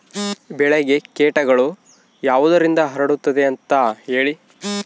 ಬೆಳೆಗೆ ಕೇಟಗಳು ಯಾವುದರಿಂದ ಹರಡುತ್ತದೆ ಅಂತಾ ಹೇಳಿ?